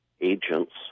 agents